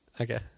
Okay